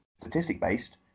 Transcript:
statistic-based